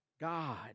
God